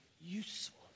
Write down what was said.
useful